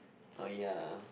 oh ya